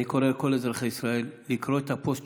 אני קורא לכל אזרחי ישראל לקרוא את הפוסט